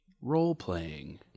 role-playing